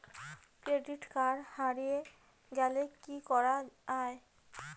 Credit card হারে গেলে কি করা য়ায়?